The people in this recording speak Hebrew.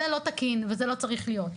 זה לא תקין ולא צריך להיות.